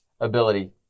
ability